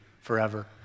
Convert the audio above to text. forever